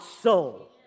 soul